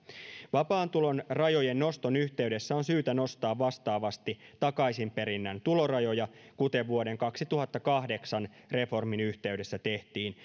vapaan tulon rajojen noston yhteydessä on syytä nostaa vastaavasti takaisinperinnän tulorajoja kuten vuoden kaksituhattakahdeksan reformin yhteydessä tehtiin